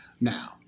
Now